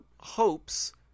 hopes